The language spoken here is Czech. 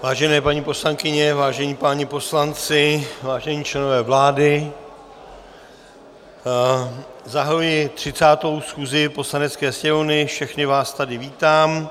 Vážené paní poslankyně, vážení páni poslanci, vážení členové vlády, zahajuji 30. schůzi Poslanecké sněmovny a všechny vás tady vítám.